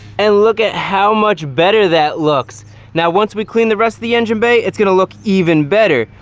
and look at how much better that looked now once we clean the rest of the engine bay it's going to look even better.